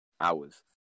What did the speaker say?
hours